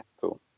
cool